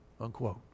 unquote